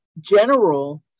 general